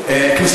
להתפלל בהר-הבית.